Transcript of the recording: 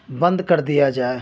بند کر دیا جائے